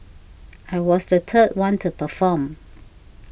I was the third one to perform